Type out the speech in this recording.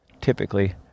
typically